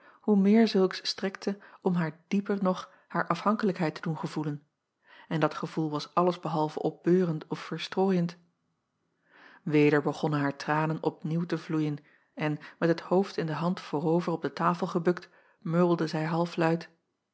hoe meer zulks strekte om haar dieper nog haar afhankelijkheid te doen gevoelen en dat gevoel was alles behalve opbeurend of vertroostend eder begonnen haar tranen opnieuw te vloeien en met het hoofd in de hand voorover op de tafel gebukt murmelde zij halfluid